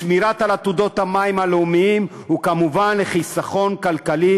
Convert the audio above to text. לשמירה על עתודות המים הלאומיים וכמובן לחיסכון כלכלי